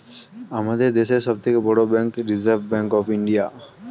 আমাদের দেশের সব থেকে বড় bank reserve bank of India